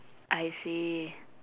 I see